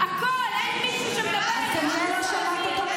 את לא היית פה כשהוא